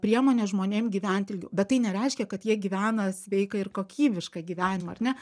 priemones žmonėm gyventi ilgiau bet tai nereiškia kad jie gyvena sveiką ir kokybišką gyvenimą ar ne